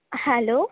hello